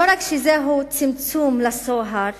לא רק שזה צמצום הצוהר